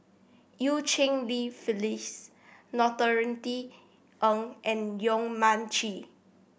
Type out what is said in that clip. Eu Cheng Li Phyllis Norothy Ng and Yong Mun Chee